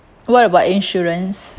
what about insurance